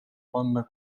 panna